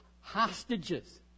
hostages